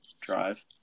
drive